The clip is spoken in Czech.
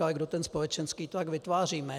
Ale kdo ten společenský tlak vytváří?